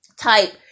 type